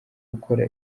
ukora